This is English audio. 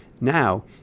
Now